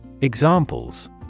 Examples